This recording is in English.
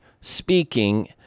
speaking